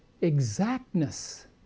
exactness